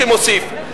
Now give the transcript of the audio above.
שמוסיף,